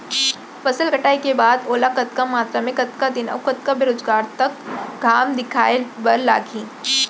फसल कटाई के बाद ओला कतका मात्रा मे, कतका दिन अऊ कतका बेरोजगार तक घाम दिखाए बर लागही?